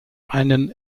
einen